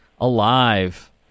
Alive